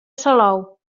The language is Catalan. salou